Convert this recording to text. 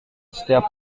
setiap